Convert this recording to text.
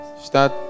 Start